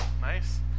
Nice